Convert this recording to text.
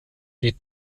die